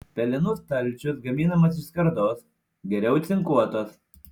pelenų stalčius gaminamas iš skardos geriau cinkuotos